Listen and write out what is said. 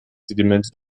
sedimente